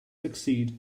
succeed